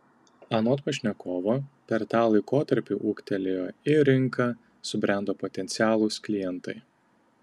anot pašnekovo per tą laikotarpį ūgtelėjo ir rinka subrendo potencialūs klientai